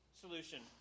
solution